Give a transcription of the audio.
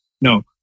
No